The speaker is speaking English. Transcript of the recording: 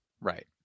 Right